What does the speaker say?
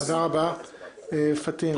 תודה, נטע.